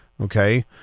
Okay